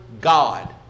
God